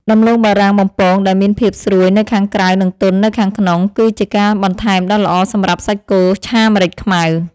ដំឡូងបារាំងបំពងដែលមានភាពស្រួយនៅខាងក្រៅនិងទន់នៅខាងក្នុងគឺជាការបន្ថែមដ៏ល្អសម្រាប់សាច់គោឆាម្រេចខ្មៅ។